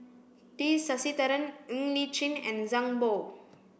T Sasitharan Ng Li Chin and Zhang Bohe